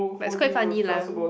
but is quite funny lah